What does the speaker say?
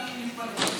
אני מתפלא.